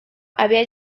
había